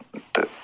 تہٕ